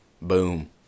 Boom